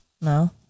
No